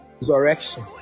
Resurrection